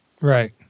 Right